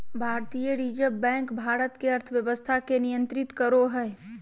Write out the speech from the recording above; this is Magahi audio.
भारतीय रिज़र्व बैक भारत के अर्थव्यवस्था के नियन्त्रित करो हइ